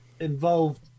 involved